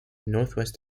northwest